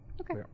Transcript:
Okay